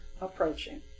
approaching